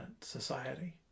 society